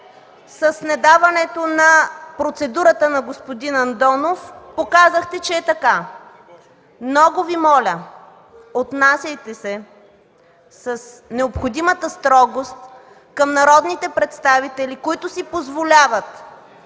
с недаването на процедурата на господин Андонов показахте, че е така. Много Ви моля, отнасяйте се с необходимата строгост към народните представители, които си позволяват